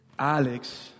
Alex